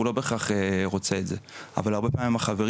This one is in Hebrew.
הוא לא בהכרח רוצה את זה אבל הרבה פעמים החברים